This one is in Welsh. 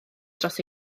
dros